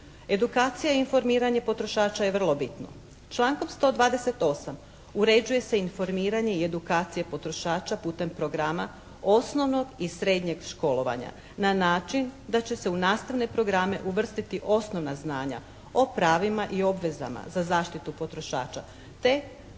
Edukacija i informiranje potrošača je vrlo bitno. Člankom 128. uređuje se informiranje i edukacija potrošača putem programa osnovnog i srednjeg školovanja na način da će se u nastavne programe uvrstiti osnovna znanja o pravima i obvezama za zaštitu potrošača te provesti